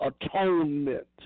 atonement